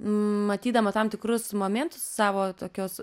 matydama tam tikrus momentus savo tokios